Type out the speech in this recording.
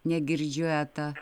negirdžiu eta